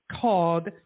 called